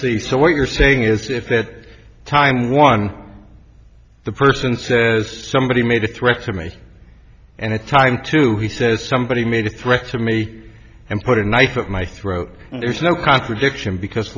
the so what you're saying is if that time one the person says somebody made a threat to me and a time to he says somebody made a threat to me and put a knife in my throat there's no contradiction because